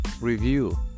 review